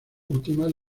últimas